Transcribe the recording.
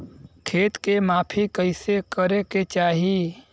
खेत के माफ़ी कईसे करें के चाही?